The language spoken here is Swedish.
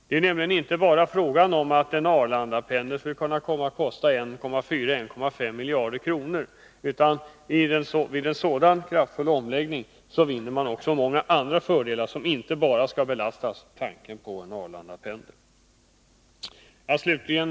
Det är nämligen inte bara fråga om att en Arlandapendel skulle komma att kosta 1,4—1,5 miljarder kronor, utan vid en sådan omfattande omläggning vinner man många andra fördelar, som inte bara hänför sig till Arlandapendeln. Herr talman!